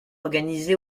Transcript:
organisés